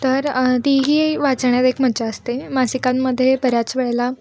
तर ती ही वाचण्यात एक मज्जा असते मासिकांमध्ये बऱ्याच वेळेला